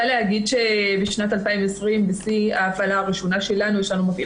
בשנת 2020 בשיא ההפעלה שלנו יש לנו מפעיל